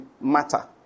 matter